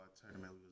tournament